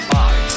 Five